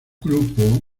grupo